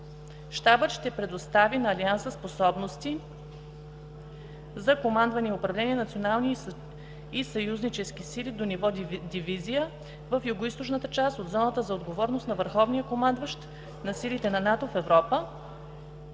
Щабът ще предостави на Алианса способности за командване и управление на национални и съюзнически сили до ниво дивизия в Югоизточната част от зоната за отговорност на върховния командващ на силите на НАТО в Европа,